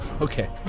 okay